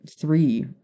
three